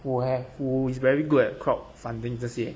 who have who is very good at crowd funding 这些